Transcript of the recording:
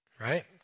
right